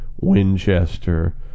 Winchester